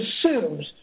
assumes